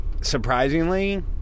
surprisingly